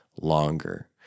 longer